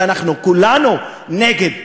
אבל אנחנו כולנו נגד זה.